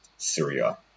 Syria